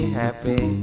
happy